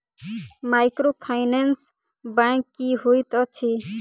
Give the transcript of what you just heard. Microfinance bank की होइत अछि?